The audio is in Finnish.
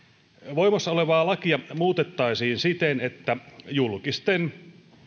voimassa olevaa lakia muutettaisiin siten että julkisten